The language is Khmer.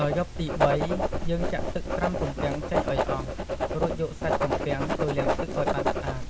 ដល់យប់ទីបី យើងចាក់ទឹកត្រាំទំពាំងចេញឱ្យអស់ រួចយកសាច់ទំពាំងទៅលាងទឹកឱ្យបានស្អាត